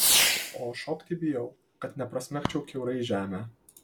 o šokti bijau kad neprasmegčiau kiaurai žemę